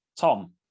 Tom